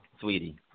sweetie